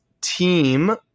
team